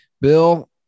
Bill